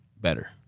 better